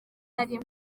nari